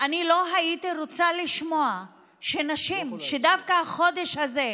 אני לא הייתי רוצה לשמוע שנשים, דווקא בחודש הזה,